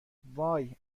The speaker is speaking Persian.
وای